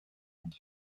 monde